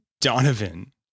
donovan